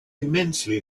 immensely